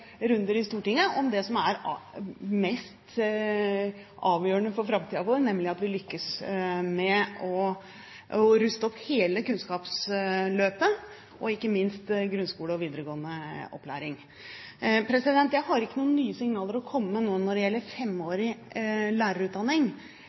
runder i Stortinget om det som er mest avgjørende for framtiden vår, nemlig at vi lykkes med å ruste opp hele kunnskapsløpet, ikke minst grunnskole og videregående opplæring. Jeg har ikke noen nye signaler å komme med nå når det gjelder